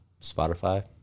Spotify